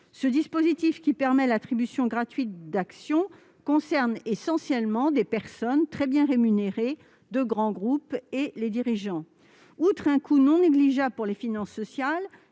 Ce dispositif d'attribution gratuite d'actions concerne essentiellement des personnes très bien rémunérées de grands groupes et les dirigeants. En plus du coût non négligeable qu'il a pour les finances sociales,